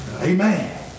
Amen